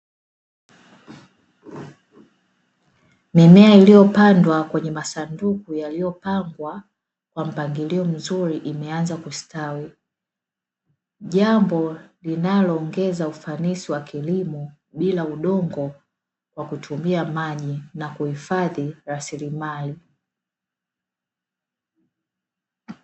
Mimea iliyopandwa kwenye masanduku yaliyopangwa kwa mpangilio mzuri imeanza kustawi, jambo linaloongeza ufanisi wa kilimo bila udongo wa kutumia maji na kuhifadhi raslimali.